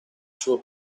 sua